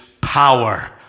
power